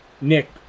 Nick